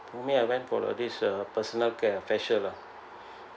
you mean I went for the this uh personal care uh facial ah